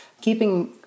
Keeping